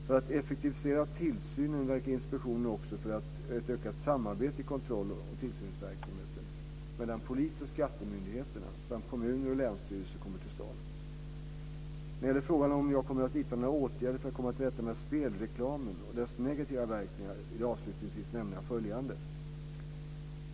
För att effektivisera tillsynen verkar inspektionen också för att ett ökat samarbete i kontroll och tillsynsverksamheten mellan polis och skattemyndigheterna samt kommuner och länsstyrelser kommer till stånd. När det gäller frågan om jag kommer att vidta några åtgärder för att komma till rätta med spelreklamen och dess negativa verkningar vill jag avslutningsvis nämna följande.